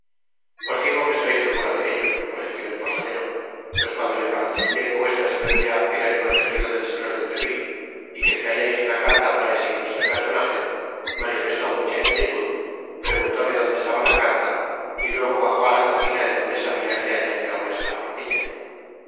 os digo que estoy seguro de ello prosiguió el posadero pues cuando le participé que vuestra señoría era el protegido del señor de treville y que traiais ana carta para ese ilustre personaje manifestó mucha inquietud preguntóme donde estaba la carta y luego bajó á la cocina en donde sabia que hallaría vuestra ropilla